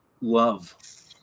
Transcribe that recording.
love